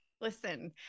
Listen